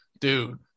dude